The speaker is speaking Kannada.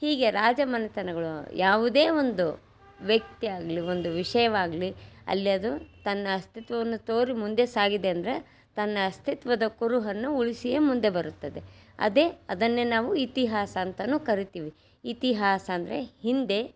ಹೀಗೆ ರಾಜಮನೆತನಗಳು ಯಾವುದೇ ಒಂದು ವ್ಯಕ್ತಿ ಆಗಲಿ ಒಂದು ವಿಷಯವಾಗಲಿ ಅಲ್ಲಿ ಅದು ತನ್ನ ಅಸ್ತಿತ್ವವನ್ನು ತೋರಿ ಮುಂದೆ ಸಾಗಿದೆ ಅಂದರೆ ತನ್ನ ಅಸ್ತಿತ್ವದ ಕುರುಹನ್ನು ಉಳಿಸಿಯೇ ಮುಂದೆ ಬರುತ್ತದೆ ಅದೇ ಅದನ್ನೇ ನಾವು ಇತಿಹಾಸ ಅಂತನೂ ಕರಿತೀವಿ ಇತಿಹಾಸ ಅಂದರೆ ಹಿಂದೆ